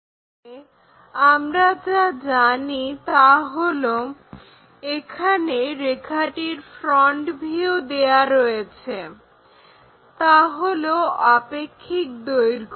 তাহলে আমরা যা জানি তা হলো এখানে রেখাটির ফ্রন্ট ভিউ দেওয়া রয়েছে যা হলো আপেক্ষিক দৈর্ঘ্য